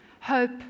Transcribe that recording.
hope